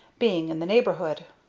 being in the neighborhood.